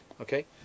okay